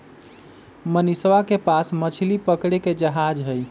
मनीषवा के पास मछली पकड़े के जहाज हई